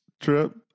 trip